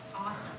Awesome